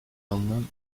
alınan